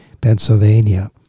Pennsylvania